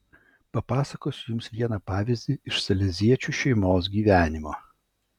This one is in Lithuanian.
papasakosiu jums vieną pavyzdį iš saleziečių šeimos gyvenimo